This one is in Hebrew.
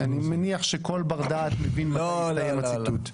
אני מניח שכל בר דעת מבין מתי הסתיים הציטוט.